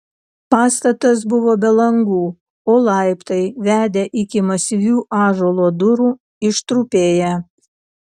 pastatas buvo be langų o laiptai vedę iki masyvių ąžuolo durų ištrupėję